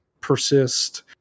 persist